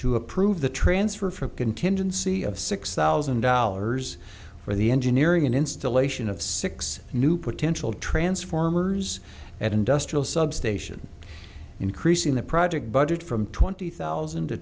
to approve the transfer for contingency of six thousand dollars for the engineering and installation of six new potential transformers at industrial substation increasing the project budget from twenty thousand to